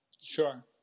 sure